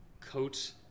coat